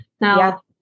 Now